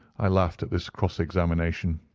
i laughed at this cross-examination.